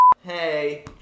Hey